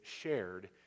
shared